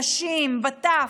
נשים וטף,